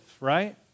right